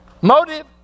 Motive